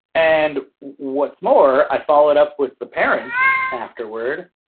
and what's more, i followed up with the parents afterword.